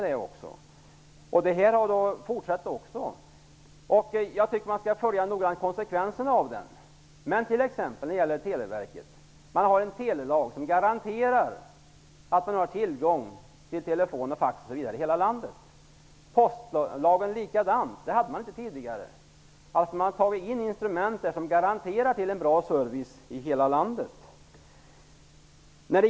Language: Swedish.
Det arbetet har fortsatt. Jag tycker att man noga skall följa konsekvensera av avregleringen. Men i fråga om Televerket finns det en telelag som garanterar tillgången till telefon, fax osv. i hela landet. Det är likadant med postlagen. Detta fanns inte tidigare. Det finns instrument som garanterar en bra service i hela landet.